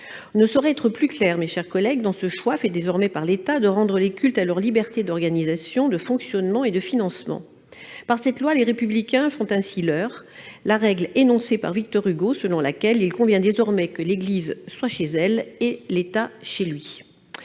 On ne saurait être plus clair, mes chers collègues, dans ce choix fait désormais par l'État de rendre les cultes à leur liberté d'organisation, de fonctionnement et de financement. Par cette loi, les républicains font ainsi leur la règle énoncée par Victor Hugo selon laquelle il convient désormais que l'Église soit chez elle et l'État chez lui.